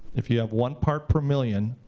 if you have one part per million,